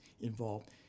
involved